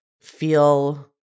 feel